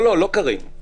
לא קארין.